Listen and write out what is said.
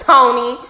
Tony